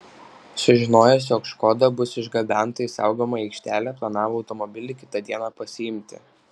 sužinojęs jog škoda bus išgabenta į saugomą aikštelę planavo automobilį kitą dieną pasiimti